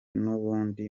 n’ubundi